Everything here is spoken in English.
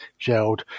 gelled